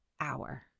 hour